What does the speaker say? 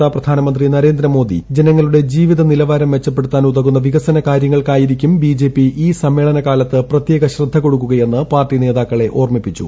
യോഗത്തിൽ സംബന്ധിച്ച പ്രധാനമന്ത്രി നരേന്ദ്രമോദി ജനങ്ങളുടെ ജീവിത നിലവാരം മെച്ചപ്പെടുത്താൻ ഉതകുന്ന വികസന കാര്യങ്ങൾക്കായിരിക്കും ബിജെപി ഈ സമ്മേളന കാലത്ത് പ്രത്യേക ശ്രദ്ധ കൊടുക്കുകയെന്ന് പാർട്ടി നേതാക്കളെ ഓർമ്മിപ്പിച്ചു